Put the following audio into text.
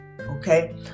Okay